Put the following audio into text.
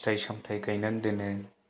फिथाइ सामथाइ गायनानै दोनो